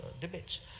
debates